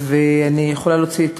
אני יכולה להוציא את